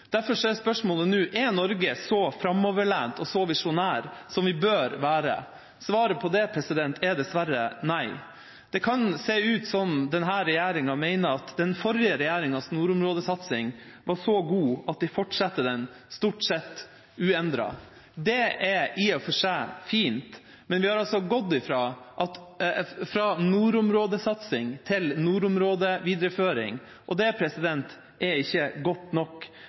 Derfor er spørsmålet nå: Er Norge så framoverlent og så visjonær som vi bør være? Svaret på det er dessverre nei. Det kan se ut som om denne regjeringa mener at den forrige regjeringas nordområdesatsing var så god at de fortsetter den stort sett uendret. Det er i og for seg fint, men vi har altså gått fra nordområdesatsing til nordområdevidereføring, og det er ikke godt nok.